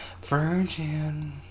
Virgin